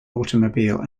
automobile